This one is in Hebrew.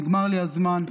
נגמר לי הזמן.